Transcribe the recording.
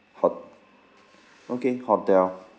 ho~ okay hotel